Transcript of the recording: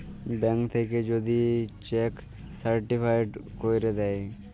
bank থ্যাইকে যদি cheque certified ক্যইরে দ্যায়